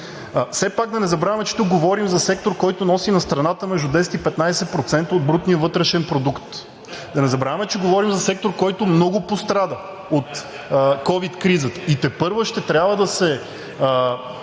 Все пак да не забравяме, че тук говорим за сектор, който носи на страната между 10 и 15% от брутния вътрешен продукт. Да не забравяме, че говорим за сектор, който много пострада от ковид кризата и тепърва ще трябва да се